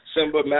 Simba